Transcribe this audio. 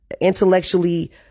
intellectually